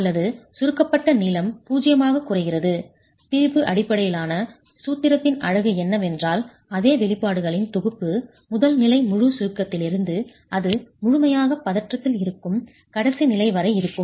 அல்லது சுருக்கப்பட்ட நீளம் 0 ஆக குறைகிறது திரிபு அடிப்படையிலான சூத்திரத்தின் அழகு என்னவென்றால் அதே வெளிப்பாடுகளின் தொகுப்பு முதல் நிலை முழு சுருக்கத்திலிருந்து அது முழுமையாக பதற்றத்தில் இருக்கும் கடைசி நிலை வரை இருக்கும்